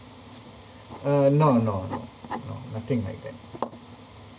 uh no no no no nothing like that